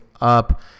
up